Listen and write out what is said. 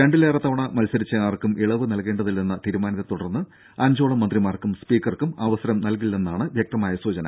രണ്ടിലേറെ തവണ മത്സരിച്ച ആർക്കും ഇളവ് നൽകേണ്ടതില്ലെന്ന തീരുമാനത്തെ തുടർന്ന് അഞ്ചോളം മന്ത്രിമാർക്കും സ്പീക്കർക്കും അവസരം നൽകില്ലെന്നാണ് വ്യക്തമായ സൂചന